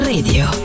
Radio